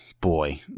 boy